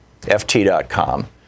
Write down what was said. ft.com